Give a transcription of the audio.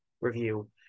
review